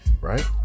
right